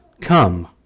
come